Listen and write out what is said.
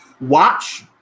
watch